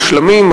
מושלמים,